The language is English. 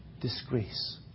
disgrace